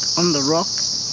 on the rock.